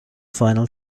final